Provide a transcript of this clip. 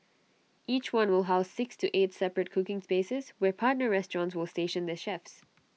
each one will house six to eight separate cooking spaces where partner restaurants will station their chefs